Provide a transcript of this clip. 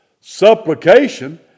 Supplication